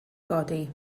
godi